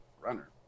runner